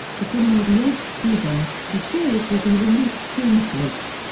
beginning with the eighth season, the series will be released through netflix.